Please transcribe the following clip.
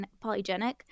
polygenic